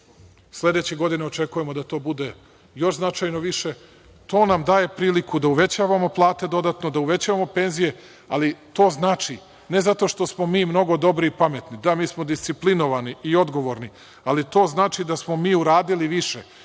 Sledeće godine očekujemo da to bude još značajno više. To nam daje priliku da uvećavamo plate dodatno, da uvećavamo penzije, ali to znači, ne zato što smo mi mnogo dobri i pametni, da, mi smo disciplinovani i odgovorni, ali to znači da smo mi uradili više.